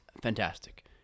fantastic